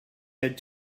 had